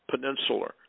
Peninsula